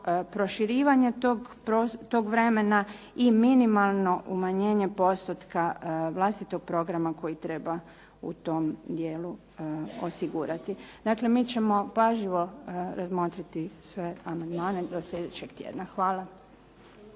proširivanje tog vremena i minimalno umanjenje postotka vlastitog programa koji treba u tom dijelu osigurati. Dakle mi ćemo pažljivo razmotriti sve amandmane do sljedećeg tjedna. Hvala.